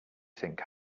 think